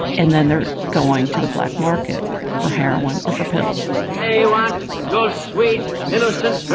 and then they're going to the black market for heroin or for pills they want your sweet, innocent